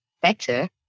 better